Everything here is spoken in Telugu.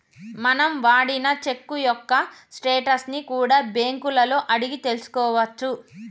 మనం వాడిన చెక్కు యొక్క స్టేటస్ ని కూడా బ్యేంకులలో అడిగి తెల్సుకోవచ్చు